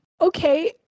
okay